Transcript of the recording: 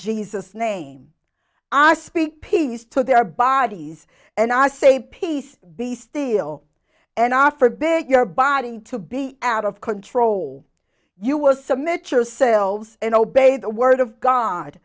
jesus name i speak peace to their bodies and i say peace be still and africa big your body to be out of control you will submit yourselves and obey the word of god